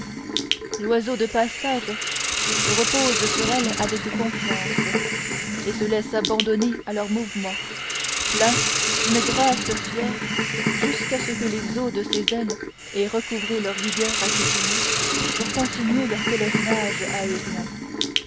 l'oiseau de passage se repose sur elles avec confiance et se laisse abandonner à leurs mouvements pleins d'une grâce fière jusqu'à ce que les os de ses ailes aient recouvré leur vigueur accoutumée pour continuer leur pèlerinage aérien